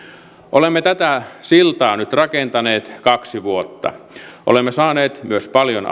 olemme tätä siltaa nyt rakentaneet kaksi vuotta olemme saaneet myös paljon